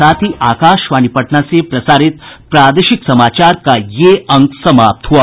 इसके साथ ही आकाशवाणी पटना से प्रसारित प्रादेशिक समाचार का ये अंक समाप्त हुआ